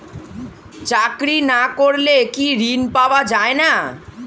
চাকরি না করলে কি ঋণ পাওয়া যায় না?